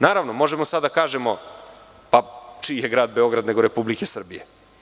Naravno, možemo sada da kažemo – pa čiji je Grad Beograd nego Republike Srbije.